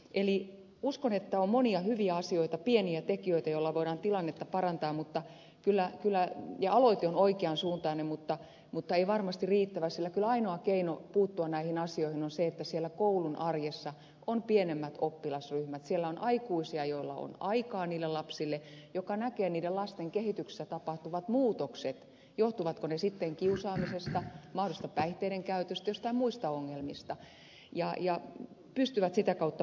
eli uskon että on monia hyviä asioita pieniä tekijöitä joilla voidaan tilannetta parantaa ja aloite on oikean suuntainen mutta ei varmasti riittävä sillä kyllä ainoa keino puuttua näihin asioihin on se että siellä koulun arjessa on pienemmät oppilasryhmät siellä on aikuisia joilla on aikaa niille lapsille ja jotka näkevät niiden lasten kehityksessä tapahtuvat muutokset johtuvatko ne sitten kiusaamisesta mahdollisesta päihteidenkäytöstä jostain muista ongelmista ja pystyvät sitä kautta puuttumaan niihin